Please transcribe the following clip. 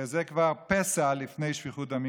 וזה כבר פסע לפני שפיכות דמים,